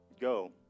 Go